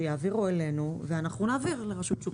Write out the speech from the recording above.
שיעבירו אלינו ואנחנו נעביר לרשות שוק ההון.